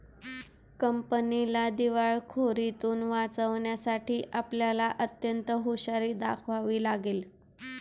कंपनीला दिवाळखोरीतुन वाचवण्यासाठी आपल्याला अत्यंत हुशारी दाखवावी लागेल